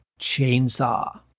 Chainsaw